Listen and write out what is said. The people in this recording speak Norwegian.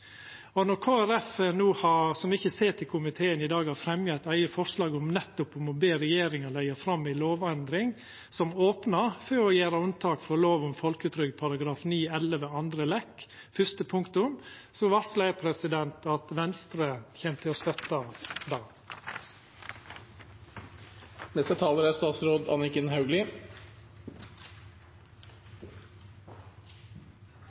Når Kristeleg Folkeparti, som ikkje sit i komiteen, i dag har fremja eit eige forslag om nettopp å be regjeringa om å leggja fram forslag til ei lovendring som opnar for å gjera unntak frå lov om folketrygd § 9-11 andre ledd fyrste punktum, varslar eg at Venstre kjem til å støtta det. For å sikre et bærekraftig velferdssamfunn framover er